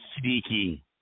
sneaky